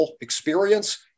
experience